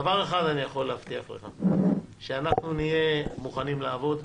דבר אחד אני יכול להבטיח לך: שאנחנו נהיה מוכנים לעבוד,